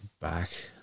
back